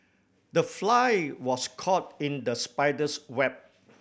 the fly was caught in the spider's web